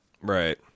Right